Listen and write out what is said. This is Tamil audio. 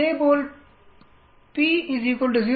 இதேபோல் p 0